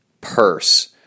purse